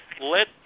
let